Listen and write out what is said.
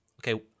Okay